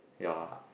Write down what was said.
ya